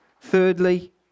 Thirdly